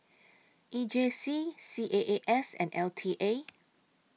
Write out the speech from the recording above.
E J C C A A S and L T A